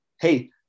Hey